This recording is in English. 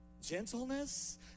gentleness